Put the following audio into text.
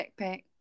backpack